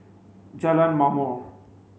Jalan Ma'mor